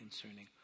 concerning